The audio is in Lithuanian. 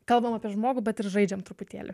kalbam apie žmogų bet ir žaidžiam truputėlį